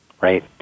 right